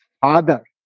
father